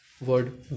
Word